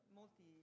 molti